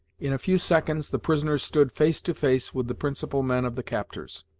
in a few seconds the prisoners stood face to face with the principal men of the captors.